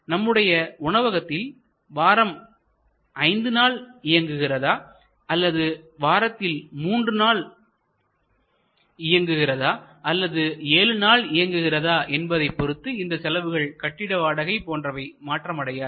நம்முடைய உணவகம் வாரத்தில் 5 நாள் இயங்குகிறதா அல்லது வாரத்தில் மூன்று நாள் இயங்குகிறதா அல்லது ஏழு நாள் இயங்குகிறதா என்பதை பொருத்து இந்த செலவுகள் கட்டிட வாடகை போன்றவை மாற்றம் அடையாது